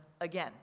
again